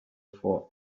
for